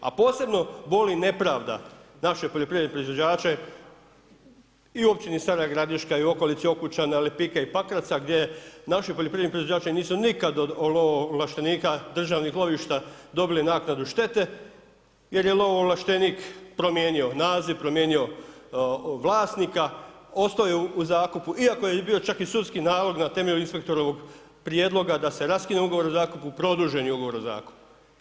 A posebno boli nepravda naše poljoprivredne proizvođače i u općini Stara Gradiška i okolici Okučana, Lipika i Pakraca gdje naši poljoprivredni proizvođači nisu nikad od lovoovlaštenika državnih lovišta dobili naknadu štete jer je lovoovlaštenik promijenio naziv, promijenio vlasnika, ostao je u zakupu iako je bio čak i sudski nalog na temelju inspektorovog prijedloga da se raskine ugovor o zakupu, produžen je ugovor o zakupu.